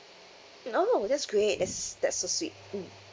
no that's great that's that's so sweet mm